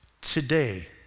Today